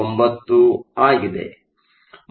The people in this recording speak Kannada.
9 ಆಗಿದೆ